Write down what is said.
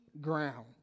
ground